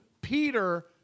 Peter